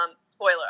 spoiler